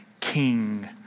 king